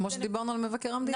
כמו שדיברנו על מבקר המדינה.